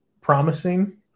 promising